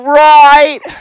right